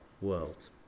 world